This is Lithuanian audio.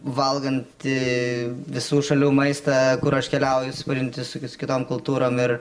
valganti visų šalių maistą kur aš keliauju susipažinti su kitom kultūrom ir